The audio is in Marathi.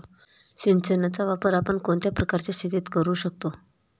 सिंचनाचा वापर आपण कोणत्या प्रकारच्या शेतीत करू शकतो?